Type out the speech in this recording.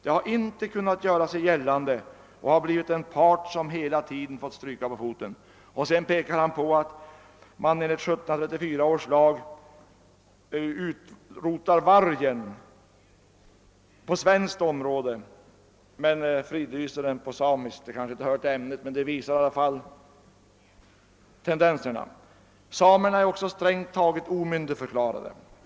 De har inte kunnat göra sig gällande och har blivit den part, som hela tiden fått stryka på foten.» Sedan pekar han på att man enligt 1734 års lag utrotar vargen på svenskt område men fridlyser den på samernas — det kanske inte hör till ämnet men det visar tendenserna. Samerna är strängt taget omyndigförklarade.